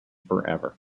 forever